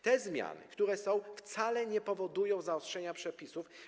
Te zmiany, które są, wcale nie powodują zaostrzenia przepisów.